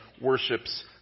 worships